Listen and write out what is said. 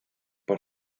por